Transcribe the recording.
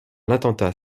attentat